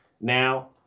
now